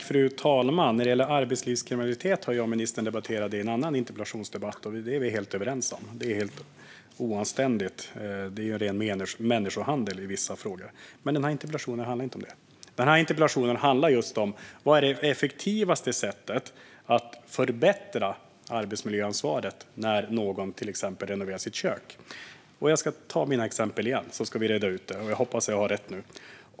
Fru talman! Arbetslivskriminalitet har jag och ministern diskuterat i en annan interpellationsdebatt. Vi är helt överens om att det är helt oanständigt och ren människohandel i vissa fall. Men den här interpellationen handlar inte om det. Den handlar om vad som är det effektivaste sättet att förbättra arbetsmiljöansvaret när någon till exempel renoverar sitt kök. Jag ska ta mina exempel igen, så ska vi reda ut detta. Jag hoppas att jag har rätt nu.